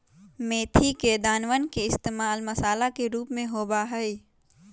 मेथी के दानवन के इश्तेमाल मसाला के रूप में होबा हई